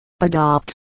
adopt